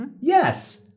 Yes